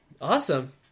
Awesome